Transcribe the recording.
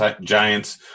Giants